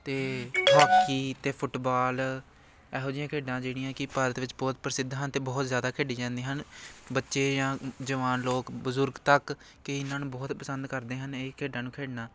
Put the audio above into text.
ਅਤੇ ਹਾਕੀ ਅਤੇ ਫੁੱਟਬਾਲ ਇਹੋ ਜਿਹੀਆਂ ਖੇਡਾਂ ਜਿਹੜੀਆਂ ਕਿ ਭਾਰਤ ਵਿੱਚ ਬਹੁਤ ਪ੍ਰਸਿੱਧ ਹਨ ਅਤੇ ਬਹੁਤ ਜ਼ਿਆਦਾ ਖੇਡੀ ਜਾਂਦੀਆਂ ਹਨ ਬੱਚੇ ਜਾਂ ਜਵਾਨ ਲੋਕ ਬਜ਼ੁਰਗ ਤੱਕ ਕਈ ਇਹਨਾਂ ਨੂੰ ਬਹੁਤ ਪਸੰਦ ਕਰਦੇ ਹਨ ਇਹ ਖੇਡਾਂ ਨੂੰ ਖੇਡਣਾ